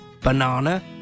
banana